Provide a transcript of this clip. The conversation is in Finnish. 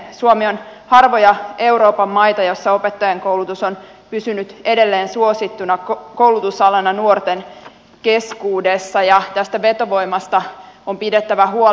suomi on harvoja euroopan maita joissa opettajankoulutus on pysynyt edelleen suosittuna koulutusalana nuorten keskuudessa ja tästä vetovoimasta on pidettävä huoli